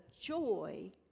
joy